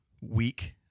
Week